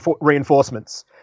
reinforcements